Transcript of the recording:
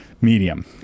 medium